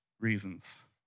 reasons